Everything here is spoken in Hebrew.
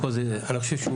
אני חושב שהוא